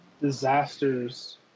disasters